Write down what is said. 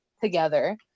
together